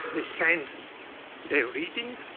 they send their reading